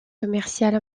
commerciale